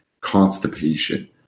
constipation